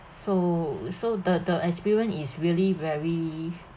so so the the experience is really very